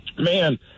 man